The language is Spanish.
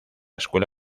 escuela